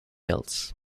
else